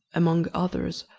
among others,